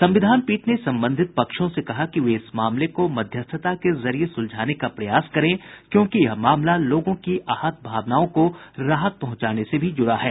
संविधान पीठ ने संबंधित पक्षों से कहा कि वे इस मामले को मध्यस्थता के जरिए सुलझाने का प्रयास करें क्योंकि यह मामला लोगों की आहत भावनाओं को राहत पहुंचाने से भी जूड़ा है